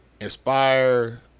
inspire